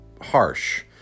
harsh